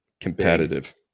competitive